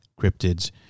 cryptids